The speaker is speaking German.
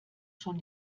schon